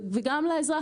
גם לאזרח,